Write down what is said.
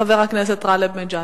חבר הכנסת גאלב מג'אדלה.